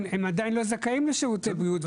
הם עדיין לא זכאים לשירותי בריאות,